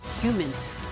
Humans